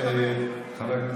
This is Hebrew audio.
חבר הכנסת אזולאי.